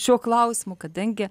šiuo klausimu kadangi